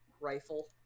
rifle